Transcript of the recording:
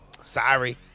Sorry